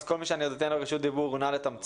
אז כל מי שאני נותן לו רשות דיבור נא לתמצת.